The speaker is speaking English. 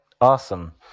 Awesome